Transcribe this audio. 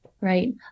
right